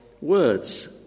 words